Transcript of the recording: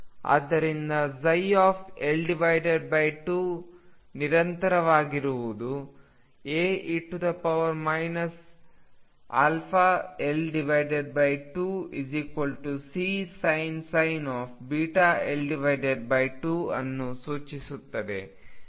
ಆದ್ದರಿಂದ L2ನಿರಂತರವಾಗಿರುವುದು A e αL2Csin βL2 ಅನ್ನು ಸೂಚಿಸುತ್ತದೆ